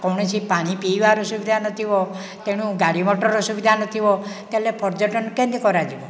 କୌଣସି ପାଣି ପିଇବାର ସୁବିଧା ନଥିବ ତେଣୁ ଗାଡ଼ି ମୋଟରର ସୁବିଧା ନଥିବ ତାହେଲେ ପର୍ଯ୍ୟଟନ କେମିତି କରାଯିବ